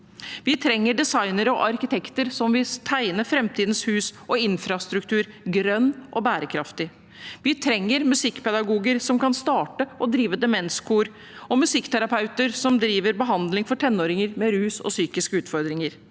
Vi trenger designere og arkitekter som vil tegne framtidens hus og infrastruktur grønn og bærekraftig. Vi trenger musikkpedagoger som kan starte og drive demenskor, og musikkterapeuter som driver behandling for tenåringer med rus- og psykiske utfordringer.